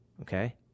okay